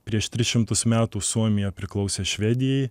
prieš tris šimtus metų suomija priklausė švedijai